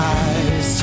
eyes